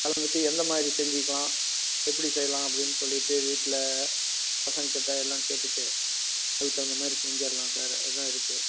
கலந்துகிட்டு எந்தமாதிரி செஞ்சுக்கலாம் எப்படி செய்யலாம் அப்படின்னு சொல்லிட்டு வீட்டில் பசங்கள் கிட்டே எல்லாம் கேட்டுவிட்டு அதுக்கு தகுந்த மாதிரி செஞ்சிடலாம் சார் அதுதான் இருக்குது